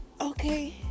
okay